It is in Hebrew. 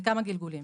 ובכמה גלגולים